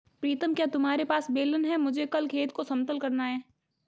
प्रीतम क्या तुम्हारे पास बेलन है मुझे कल खेत को समतल करना है?